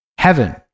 heaven